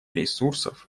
ресурсов